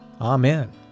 Amen